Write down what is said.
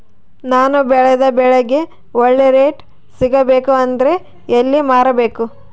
ನಾನು ಬೆಳೆದ ಬೆಳೆಗೆ ಒಳ್ಳೆ ರೇಟ್ ಸಿಗಬೇಕು ಅಂದ್ರೆ ಎಲ್ಲಿ ಮಾರಬೇಕು?